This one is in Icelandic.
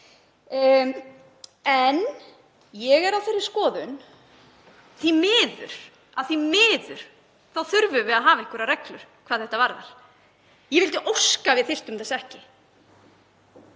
En ég er á þeirri skoðun að því miður þurfum við að hafa einhverjar reglur hvað þetta varðar. Ég vildi óska að við þyrftum þess ekki.